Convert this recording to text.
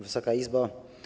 Wysoka Izbo!